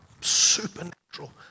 supernatural